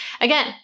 Again